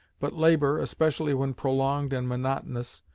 but labour, especially when prolonged and monotonous,